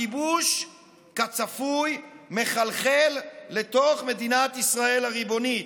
הכיבוש, כצפוי, מחלחל לתוך מדינת ישראל הריבונית.